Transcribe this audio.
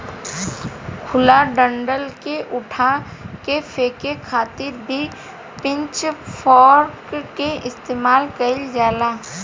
खुला डंठल के उठा के फेके खातिर भी पिच फोर्क के इस्तेमाल कईल जाला